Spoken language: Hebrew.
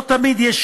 לא תמיד יש